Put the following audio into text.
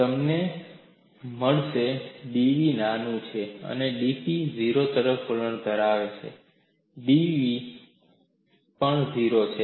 તમને મળશે dv નાનું છે dP 0 તરફ વલણ ધરાવે છે અને da પણ 0 છે